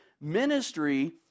Ministry